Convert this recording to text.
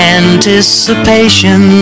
anticipation